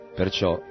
perciò